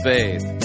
Faith